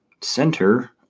center